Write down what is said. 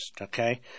okay